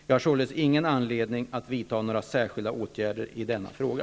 Jag har således ingen anledning att vidta några särskilda åtgärder i denna fråga.